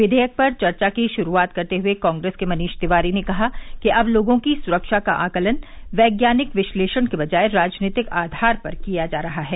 विधेयक पर चर्चा की शुरूआत करते हुए कांग्रेस के मनीष तिवारी ने कहा कि अब लोगों की सुरक्षा का आकलन वैज्ञानिक विश्लेषण की बजाय राजनीतिक आधार पर किया जा रहा है